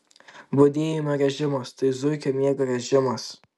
budėjimo režimas tai zuikio miego režimas